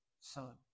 Son